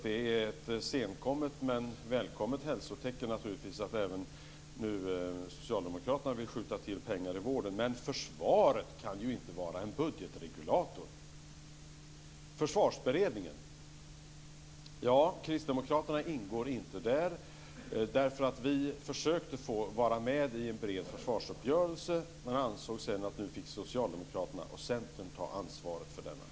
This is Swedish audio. Det är ett senkommet men välkommet hälsotecken att även Socialdemokraterna nu vill skjuta till pengar till vården. Men försvaret kan ju inte vara en budgetregulator. Kristdemokraterna ingår inte i Försvarsberedningen. Vi försökte att få vara med i en bred försvarsuppgörelse men ansåg sedan att Socialdemokraterna och Centern fick ta ansvaret för denna.